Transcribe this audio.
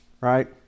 right